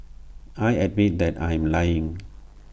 I admit that I am lying